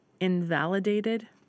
invalidated